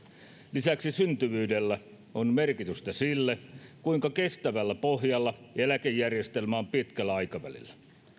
lisäksi syntyvyydellä on merkitystä sille kuinka kestävällä pohjalla eläkejärjestelmä on pitkällä aikavälillä